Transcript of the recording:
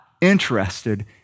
interested